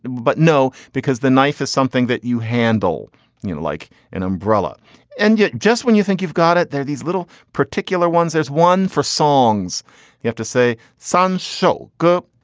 but no, because the knife is something that you handle you know like an umbrella and yet just when you think you've got it, they're these little particular ones. there's one four songs you have to say son show good.